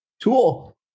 tool